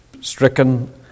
stricken